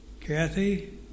Kathy